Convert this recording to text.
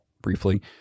briefly